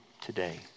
today